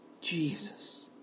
Jesus